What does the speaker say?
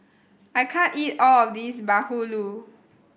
I can't eat all of this Bahulu